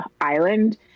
island